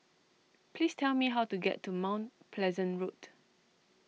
please tell me how to get to Mount Pleasant Road